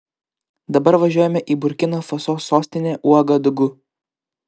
dabar važiuojame į burkina faso sostinę uagadugu